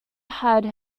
had